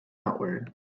outward